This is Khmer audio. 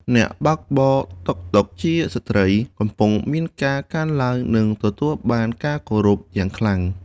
អ្នកបើកបរតុកតុកជាស្ត្រី កំពុងមានការកើនឡើង និងទទួលបានការគោរពយ៉ាងខ្លាំង។